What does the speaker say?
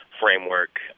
framework